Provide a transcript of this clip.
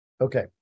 Okay